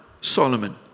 Solomon